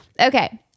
Okay